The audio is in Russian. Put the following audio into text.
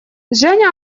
женя